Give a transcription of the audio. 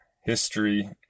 history